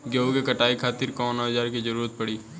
गेहूं के कटाई खातिर कौन औजार के जरूरत परी?